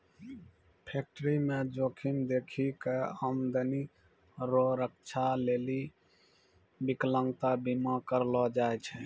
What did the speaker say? फैक्टरीमे जोखिम देखी कय आमदनी रो रक्षा लेली बिकलांता बीमा करलो जाय छै